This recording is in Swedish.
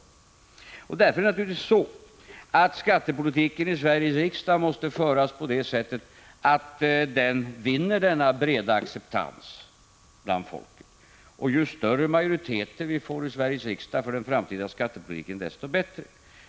Därför måste skattepolitiken i Sveriges riksdag naturligtvis föras på det sättet att den vinner denna breda acceptans bland folket. Ju större majoriteterna är i Sveriges riksdag för den framtida skattepolitiken, desto bättre.